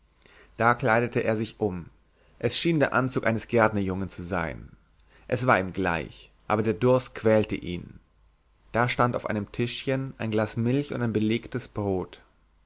da kleidete er sich um es schien der anzug eines gärtnerjungen zu sein es war ihm gleich aber der durst quälte ihn da stand auf einem tischchen ein glas milch und ein belegtes brot